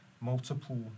multiple